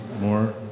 more